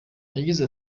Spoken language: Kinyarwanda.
yagize